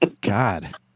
God